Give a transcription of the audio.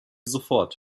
sofort